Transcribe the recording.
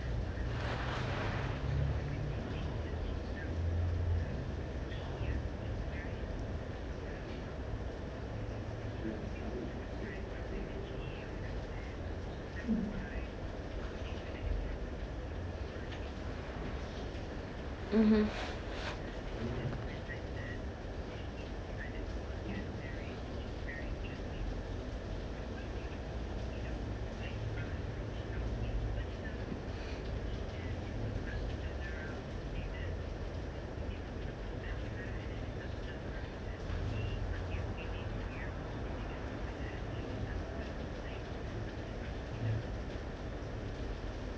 mmhmm